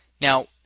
Now